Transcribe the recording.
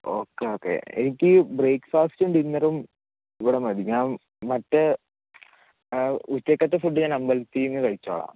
okay okay എനിക്ക് ബ്രേക്ക്ഫാസ്റ്റും ഡിന്നറും ഇവിടെ മതി ഞാൻ മറ്റേ ഉച്ചക്കത്തെ ഫുഡ് ഞാൻ അമ്പലത്തിൽ നിന്ന് കഴിച്ചോളാം